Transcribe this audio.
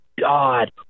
God